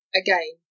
again